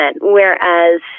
Whereas